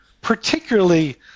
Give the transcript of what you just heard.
particularly